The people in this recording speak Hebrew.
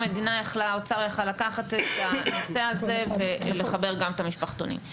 האוצר יכול לקחת את הנושא הזה ולחבר גם את המשפחתונים.